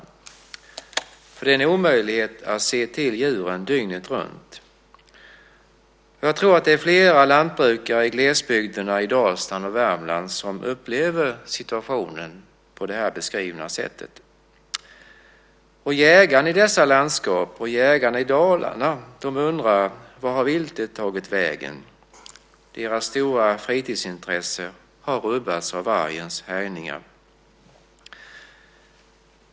För det är en omöjlighet att se till djuren dygnet runt. Jag tror att det är flera lantbrukare i glesbygderna i Dalsland och Värmland som upplever situationen på det här beskrivna sättet. Jägarna i dessa landskap, och jägarna i Dalarna, undrar också: Var har viltet tagit vägen? Deras stora fritidsintresse har rubbats av vargens härjningar.